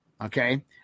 Okay